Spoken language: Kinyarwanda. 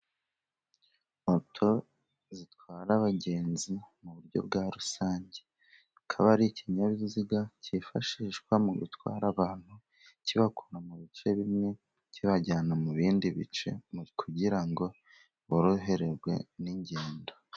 Moto zitwara abagenzi mu buryo bwa rusange, akaba ari ikinyabiziga cyifashishwa mu gutwara abantu, kibakura mu bice bimwe kibajyana mu bindi bice, kugira ngo borohererwe n'ingendo.